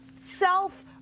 self